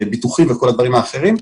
ביטוחים וכל הדברים האחרים.